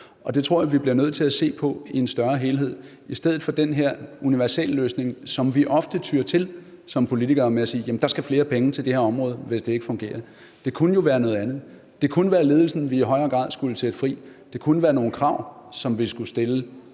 og det tror jeg vi bliver nødt til at se på i en større helhed i stedet for den her universalløsning, som vi ofte tyer til som politikere, med at sige, at der skal flere penge til det her område, hvis det ikke fungerer. Det kunne jo være noget andet. Det kunne være ledelsen, vi i højere grad skulle sætte fri. Det kunne være nogle krav, som vi skulle stille